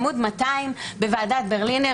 עמ' 200 בוועדת ברלינר,